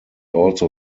also